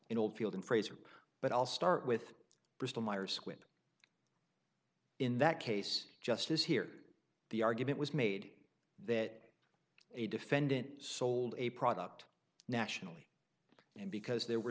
in oldfield and fraser but i'll start with bristol myers squibb in that case justice here the argument was made that a defendant sold a product nationally and because there were